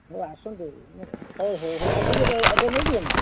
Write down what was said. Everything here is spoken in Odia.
ହଉ ଆସନ୍ତୁ ହଉ ହଉ ହଉ ଆଜି ନେବେ ଏବେ ନେଇଯିବେ ନା